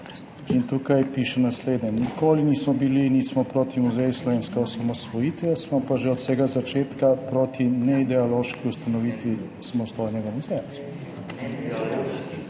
Tukaj piše naslednje: »Nikoli nismo bili in nismo proti Muzeju slovenske osamosvojitve! Smo pa že od vsega začetka proti neideološki ustanovitvi samostojnega muzeja.«